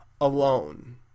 alone